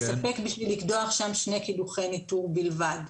יספק בשביל לקדוח שם שני קידומי ניטור בלבד.